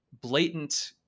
blatant